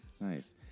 Nice